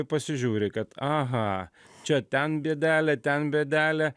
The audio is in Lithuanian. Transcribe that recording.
pasižiūri kad aha čia ten bėdelė ten bėdelė